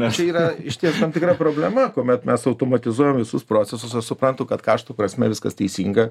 čia yra išties tam tikra problema kuomet mes automatizuojam visus procesus aš suprantu kad kaštų prasme viskas teisinga